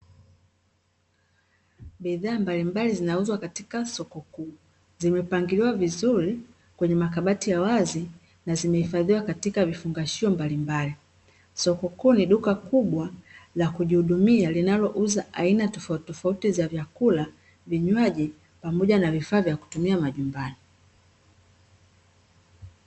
Bidhaa mbalimbali zinauzwa katika soko kuu, zimepangiliwa vizuri kwenye makabati ya wazi na zimehifadhiwa katika vifungashio mbalimbali. Soko kuu ni duka kubwa la kujihudumia linalouza aina tofautitofauti za vyakula, vinywaji pamoja na vifaa vya kutumia majumbani